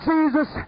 Jesus